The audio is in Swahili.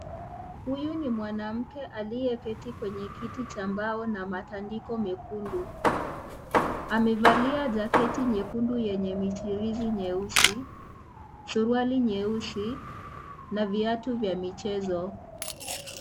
Huyu ni mwanamke aliyeketi kwenye kiti cha mbao na matandiko mekundu amevalia jaketi nyekundu yenye michirizi nyeusi, suruali nyeusi na viatu vya michezo.